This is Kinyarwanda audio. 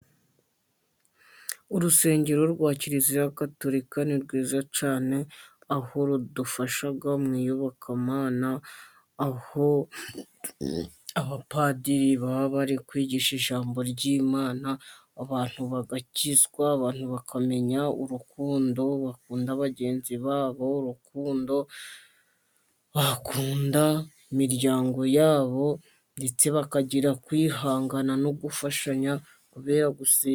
Urusengero rwa kiliziya gatolika ni rwiza cyane, aho rudufasha mu iyobokamana aho abapadiri baba bari kwigisha ijambo ry'Imana, abantu bagakizwa abantu bakamenya urukundo bakunda bagenzi babo, urukunko bakunda imiryango yabo ndetse bakagira kwihangana, no gufashanya kubera gusenga.